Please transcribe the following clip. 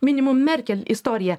minimum merkel istorija